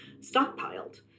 stockpiled